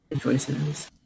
choices